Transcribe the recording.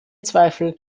zweifel